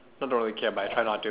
not don't really care but I try not to